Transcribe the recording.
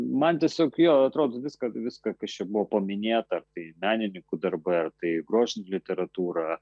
man tiesiog jo atrodo viską viską kas čia buvo paminėta tai menininkų darbai ar tai grožinė literatūra